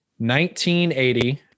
1980